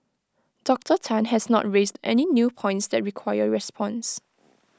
Doctor Tan has not raised any new points that require response